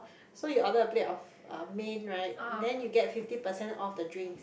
so you order a plate of uh main right then you get fifty percent off the drinks